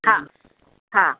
हा हा